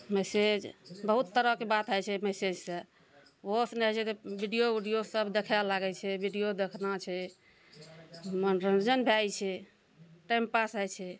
message बहुत तरहके बात होइ छै मैसेज सऽ ओहो सऽ नहि होइ छै तऽ वीडियो उडियो सब देखै लागै छै वीडियो देखना छै मनोरंजन भए जाइ छै टाइम पास होइ छै